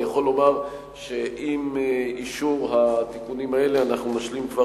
אני יכול לומר שעם אישור התיקונים האלה אנחנו נשלים כבר